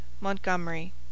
Montgomery